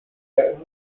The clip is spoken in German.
der